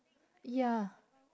ya